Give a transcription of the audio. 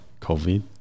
COVID